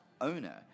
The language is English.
owner